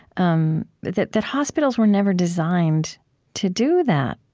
um that that hospitals were never designed to do that,